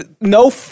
no